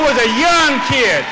was a young kid